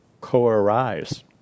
co-arise